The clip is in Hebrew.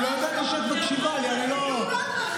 אני קצת הרמתי כאן את המורל, ופתאום באת אתה.